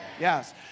Yes